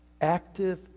Active